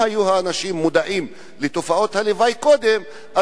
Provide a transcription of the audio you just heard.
אם האנשים היו מודעים לתופעות הלוואי קודם,